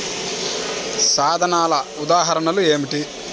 సాధనాల ఉదాహరణలు ఏమిటీ?